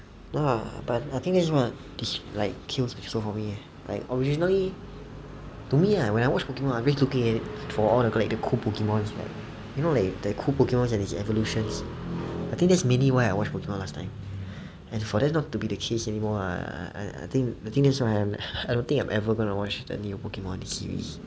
err but I think this is one this like kills the episode for me eh like originally to me right when I watch pokemon ah I'm just looking at for all the like cool pokemons you know like the cool pokemons and its evolutions I think that's mainly why I watch pokemon last time and for that not to be the case anymore lah I think I think that's why I like I'm ever going to watch the new pokemon series